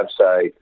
website